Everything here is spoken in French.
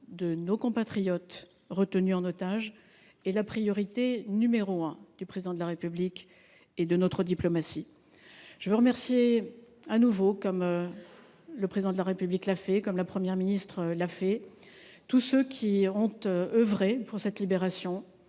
de nos compatriotes retenus en otage est la priorité numéro un du Président de la République et de notre diplomatie. Je veux remercier de nouveau, comme le Président de la République et la Première ministre l’ont fait, tous ceux qui ont œuvré pour cette libération.